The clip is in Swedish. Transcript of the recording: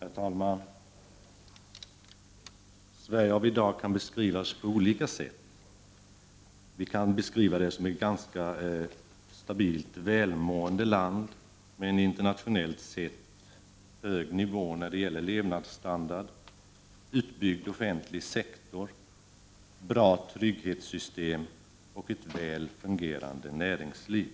Herr talman! Sverige av i dag kan beskrivas på olika sätt. Vi kan beskriva det som ett ganska stabilt välmående land med en internationellt sett hög nivå när det gäller levnadsstandard, utbyggd offentlig sektor, bra trygghetssystem och ett väl fungerande näringsliv.